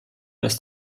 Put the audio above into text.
dass